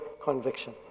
conviction